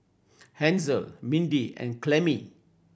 Hansel Mindy and Clemmie